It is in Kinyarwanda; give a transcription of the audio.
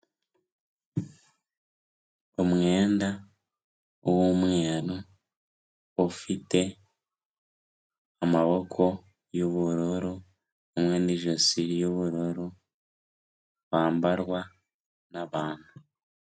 Umwenda w'umweru ufite amaboko y'ubururu hamwe n'ijosi ry'ubururu wambarwa n'abantu.